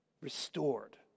restored